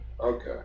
Okay